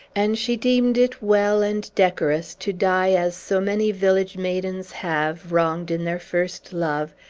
and she deemed it well and decorous to die as so many village maidens have, wronged in their first love,